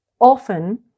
often